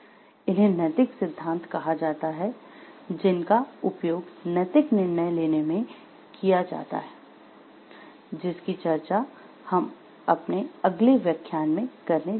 इन्हें नैतिक सिद्धांत कहा जाता है जिनका उपयोग नैतिक निर्णय लेने में किया जाता है जिसकी चर्चा हम अपने अगले व्याख्यान में करने जा रहे हैं